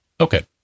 okay